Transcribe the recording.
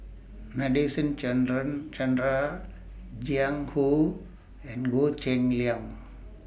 Nadasen Chandra Chandra Jiang Hu and Goh Cheng Liang